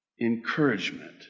encouragement